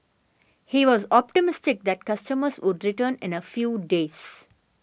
he was optimistic that customers would return in a few days